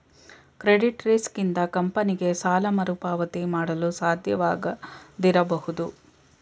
credit risk ಇಂದ ಕಂಪನಿಗೆ ಸಾಲ ಮರುಪಾವತಿ ಮಾಡಲು ಸಾಧ್ಯವಾಗದಿರಬಹುದು